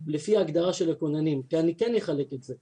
לפי ההגדרה של הכוננים ואני כן אחלק את זה.